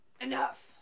enough